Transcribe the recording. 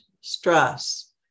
stress